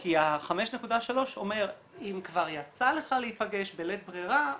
כי ה-5.3 אומר שאם כבר יצא לך להיפגש בלית ברירה,